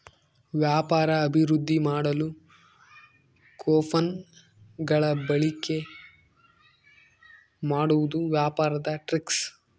ವ್ಯಾಪಾರ ಅಭಿವೃದ್ದಿ ಮಾಡಲು ಕೊಪನ್ ಗಳ ಬಳಿಕೆ ಮಾಡುವುದು ವ್ಯಾಪಾರದ ಟ್ರಿಕ್ಸ್